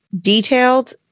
detailed